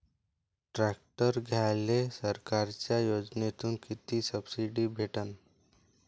Tractor घ्यायले सरकारच्या योजनेतून किती सबसिडी भेटन?